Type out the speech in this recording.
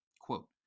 quote